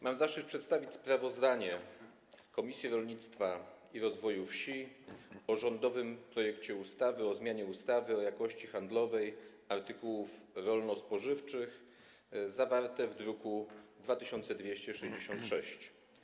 Mam zaszczyt przedstawić sprawozdanie Komisji Rolnictwa i Rozwoju Wsi o rządowym projekcie ustawy o zmianie ustawy o jakości handlowej artykułów rolno-spożywczych, zawartego w druku nr 2266.